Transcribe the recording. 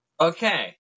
Okay